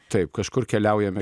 taip kažkur keliaujam